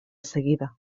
seguida